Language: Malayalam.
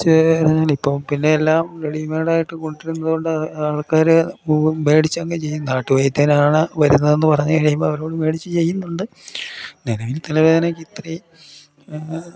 കുറച്ച് അല്ലെങ്കിൽ ഇപ്പം പിന്നെ എല്ലാം റെഡിമെയ്ഡായിട്ട് കൊണ്ടിരുന്നത് കൊണ്ട് ആൾക്കാർ മേടിച്ചങ്ങ് ചെയ്യും നാട്ടു വൈദ്യനാണ് വരുന്നത്തെന്ന് പറഞ്ഞു കഴിയുമ്പോൾ അവർ മേടിച്ച് ചെയ്യുന്നുണ്ട് നിലവിൽ തലവേദനക്കിത്രെ